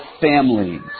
families